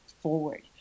forward